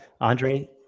Andre